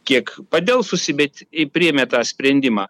kiek padelsusi bet i priėmė tą sprendimą